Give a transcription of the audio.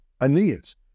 Aeneas